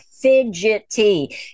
fidgety